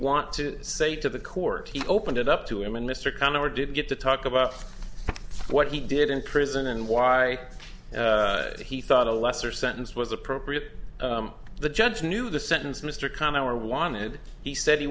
want to say to the court he opened it up to him and mr connor did get to talk about what he did in prison and why he thought a lesser sentence was appropriate the judge knew the sentence mr connor wanted he said he